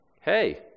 Hey